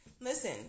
Listen